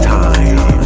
time